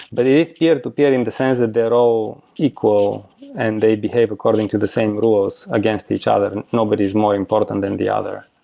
but it is peer-to-peer in the sense that they're all equal and they behave according to the same rules against each other. nobody is more important than the other.